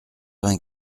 vingt